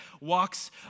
walks